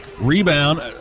Rebound